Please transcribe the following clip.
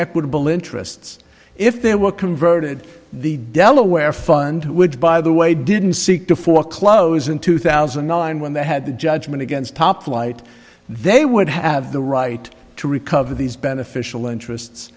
equitable interests if they were converted the delaware fund which by the way didn't seek to foreclose in two thousand and nine when they had the judgment against top flight they would have the right to recover these beneficial interests